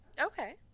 Okay